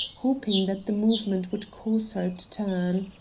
hoping that the movement would cause her to turn.